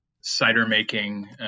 cider-making